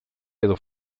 edo